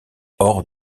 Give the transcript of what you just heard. hors